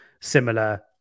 similar